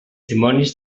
dimonis